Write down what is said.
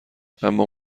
اما